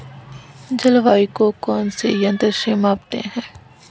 जलवायु को कौन से यंत्र से मापते हैं?